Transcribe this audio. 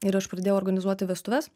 ir aš pradėjau organizuoti vestuves